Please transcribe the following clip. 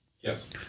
Yes